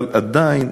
אבל עדיין,